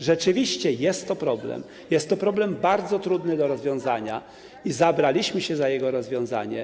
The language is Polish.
Rzeczywiście jest to problem, jest to problem bardzo trudny do rozwiązania i zabraliśmy się za jego rozwiązanie.